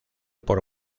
por